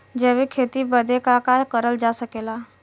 जैविक खेती बदे का का करल जा सकेला?